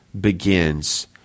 begins